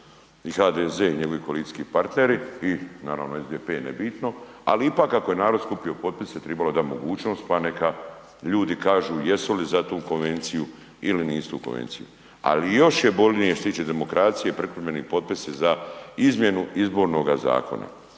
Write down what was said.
i HDZ i njegovi koalicijski partneri i naravno SDP, nebitno, ali ipak je narod skupio potpise trebalo je dat mogućnost pa neka ljudi kažu jesu li za tu konvenciju ili nisu za tu konvenciju. Ali još je bolnije što se tiče demokracije, prikupljeni potpisi za izmjenu izbornoga zakona.